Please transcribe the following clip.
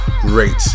great